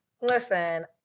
Listen